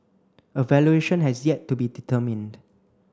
a valuation has yet to be determined